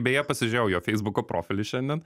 beje pasižiūrėjau jo feisbuko profilį šiandien